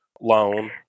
loan